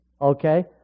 Okay